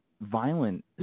violent